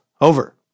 over